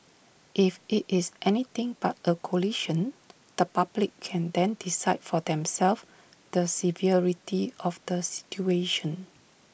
if IT is anything but A collision the public can then decide for themselves the severity of the situation